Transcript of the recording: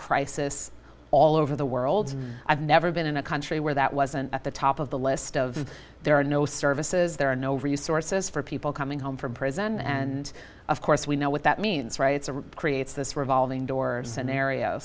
crisis all over the world i've never been in a country where that wasn't at the top of the list of there are no services there are no resources for people coming home from prison and of course we know what that means rights and creates this revolving door